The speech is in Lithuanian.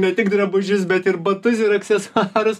ne tik drabužius bet ir batus ir aksesuarus